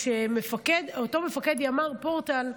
כשאותו מפקד ימ"ר פורטל,